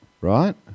right